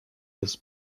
des